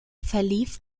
verlief